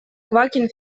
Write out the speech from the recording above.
квакин